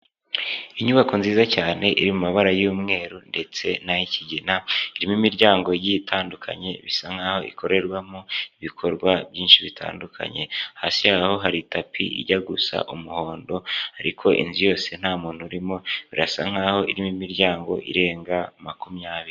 Inyubako nziza cyane iri mu mabara y'umweru ndetse n'ay'ikigina irimo imiryango igiye itandukanye, bisa nkaho ikorerwamo ibikorwa byinshi bitandukanye, hasi yaho hari tapi ijya gusa umuhondo ariko inzu yose nta muntu urimo, birasa nkaho irimo imiryango irenga makumyabiri.